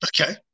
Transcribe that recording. Okay